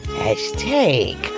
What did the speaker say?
hashtag